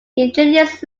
indigenous